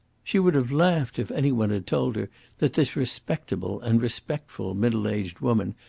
she would have laughed if any one had told her that this respectable and respectful middle-aged woman,